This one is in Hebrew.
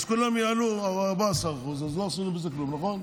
אז כולם יעלו ב-14%, אז לא עשינו בזה כלום, נכון?